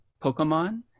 Pokemon